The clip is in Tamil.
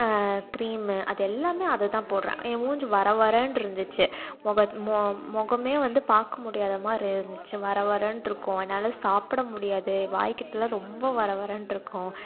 கிரீம் அது எல்லாமே அதைதான் போடுறேன் என் மூஞ்சி வர வரயிருந்துச்சு முக மொ முகமே வந்து பார்க்க முடியாத மாதிரி இருந்துச்சு வர வரன்னு இருக்கும் என்னால் சாப்பிட முடியாது வாய்கிட்டேலாம் ரொம்ப வரவரன்னு இருக்கும்